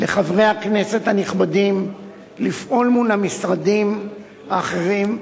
לחברי הכנסת הנכבדים לפעול מול המשרדים האחרים,